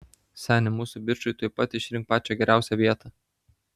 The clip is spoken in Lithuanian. seni mūsų bičui tuoj pat išrink pačią geriausią vietą